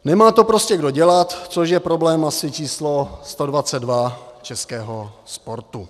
Nemá to prostě kdo dělat, což je problém asi číslo 122 českého sportu.